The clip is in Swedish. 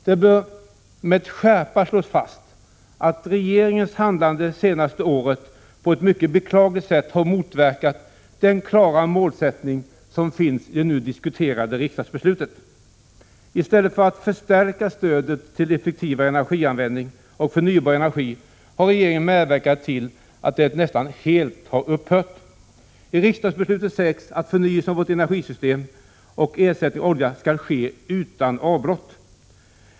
Det bör med skärpa slås fast att regeringens handlande det senaste året på ett mycket beklagligt sätt har motverkat den klara målsättning som finns i det I stället för att förstärka stödet till effektivare energianvändning och förnybar energi har regeringen medverkat till att det nästan helt upphört. I riksdagsbeslutet sägs att förnyelsen av vårt energisystem och ersättningen av olika skall ske utan avbrott.